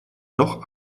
noch